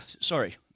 sorry